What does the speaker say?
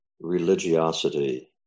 religiosity